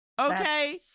Okay